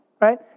right